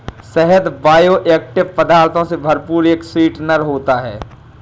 शहद बायोएक्टिव पदार्थों से भरपूर एक स्वीटनर होता है